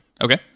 Okay